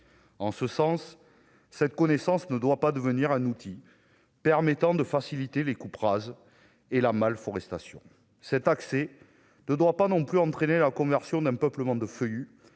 en ce sens, cette connaissance ne doit pas devenir un outil permettant de faciliter les coupes rases et la mal forestation cet accès ne doit pas non plus entraîner la conversion d'un peuplements de feuillus